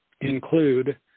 include